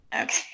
Okay